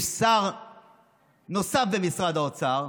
יש שר נוסף במשרד האוצר,